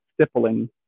stippling